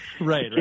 right